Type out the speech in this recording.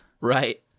Right